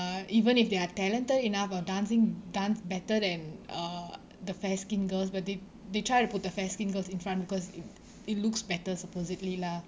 even if they are talented enough or dancing dance better than uh the fair-skinned girls but they they try to put the fair-skinned girls in front because it it looks better supposedly lah